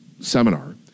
seminar